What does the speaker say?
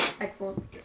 Excellent